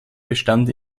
bestand